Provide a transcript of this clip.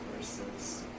versus